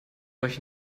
euch